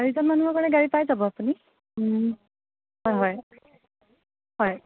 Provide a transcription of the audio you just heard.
চাৰিজন মানুহৰ কাৰণে গাড়ী পাই যাব আপুনি ও হয় হয় হয়